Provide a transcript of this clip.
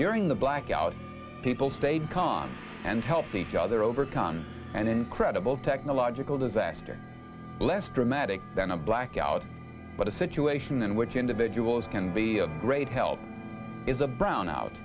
during the blackout people stayed calm and helped each other overcome an incredible technological disaster less dramatic than a blackout but a situation in which individuals can be of great help is a brownout